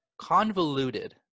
convoluted